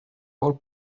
four